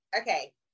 okay